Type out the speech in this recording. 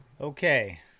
Okay